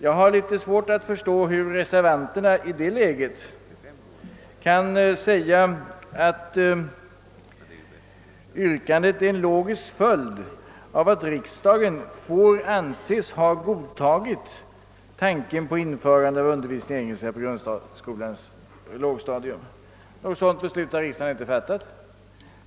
Jag har litet svårt att förstå, hur reservanterna i det läget kan säga, att deras yrkande är en logisk följd av att riksdagen »får anses ha godtagit» tanken på införande av undervisning i engelska på grundskolans lågstadium. Något sådant beslut har riksdagen inte fattat.